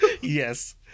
yes